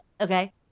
Okay